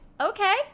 okay